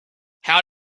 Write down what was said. how